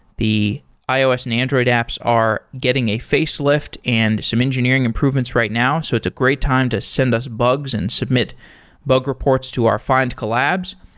the ios and android apps are getting a facelift and some engineering improvements right now. so it's a great time to send us bugs and submit bug reports to our findcollabs.